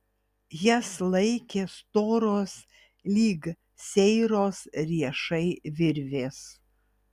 jas laikė storos lyg seiros riešai virvės